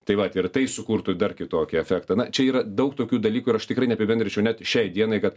taip vat ir tai sukurtų dar kitokį efektą na čia yra daug tokių dalykų ir aš tikrai neapibendrinčiau net šiai dienai kad